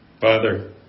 Father